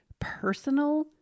personal